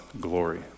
glory